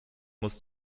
muss